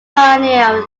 pioneer